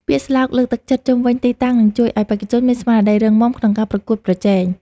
ពាក្យស្លោកលើកទឹកចិត្តជុំវិញទីតាំងនឹងជួយឱ្យបេក្ខជនមានស្មារតីរឹងមាំក្នុងការប្រកួតប្រជែង។